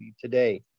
Today